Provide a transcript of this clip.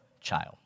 child